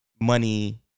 money